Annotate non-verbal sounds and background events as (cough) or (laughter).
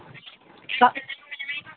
(unintelligible)